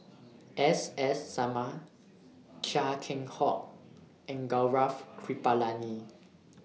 S S Sarma Chia Keng Hock and Gaurav Kripalani